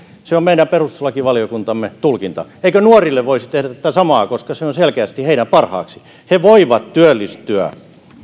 se on meidän perustuslakivaliokuntamme tulkinta eikö nuorille voisi tehdä tätä samaa koska se on selkeästi heidän parhaakseen he voivat työllistyä